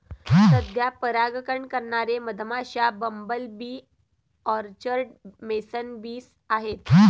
सध्या परागकण करणारे मधमाश्या, bumble bee, orchard mason bees आहेत